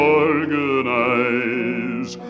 organize